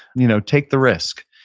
you know take the risk.